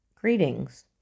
Greetings